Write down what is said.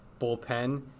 bullpen